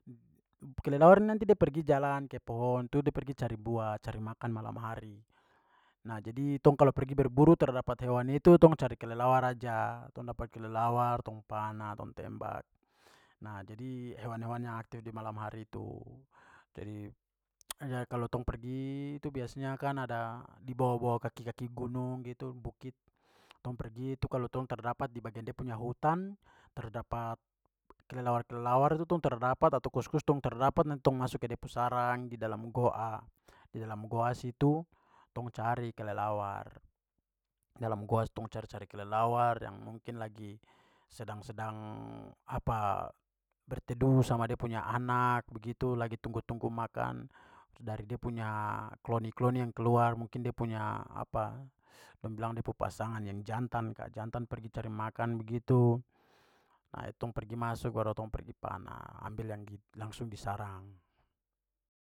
Kelelawar ini nanti da pergi jalan ke pohon itu dia pergi cari buah, cari makan malam hari. Nah, jadi tong kalau pergi berburu tara dapat hewan itu tong cari kelelawar saja. Tong dapat kelelawar tong panah tong tembak. Nah, jadi hewan-hewan yang aktif di malam hari itu. Jadi ada kalo tong pergi itu biasanya kan ada di bawah-bawah kaki-kaki gunung gitu bukit tong pergi. Tu kalo tong tara dapat di bagian dia punya hutan, tradapat kelelawar-kelelawar itu tong tara dapat atau kuskus tong tara dapat, nanti tong masuk ke de pu sarang di dalam goa- di dalam goa situ tong cari kelelawar. Dalam goa tong cari-cari kelelawar yang mungkin lagi sedang-sedang berteduh sama dia punya anak begitu lagi tunggu-tunggu makan dari da punya kloni-kloni yang keluar, mungkin de punya dong bilang de pu pasangan yang jantan ka, jantan pergi cari makan begitu tong pergi masuk baru tong pergi panah. Ambil yang langsung di sarang.